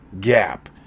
gap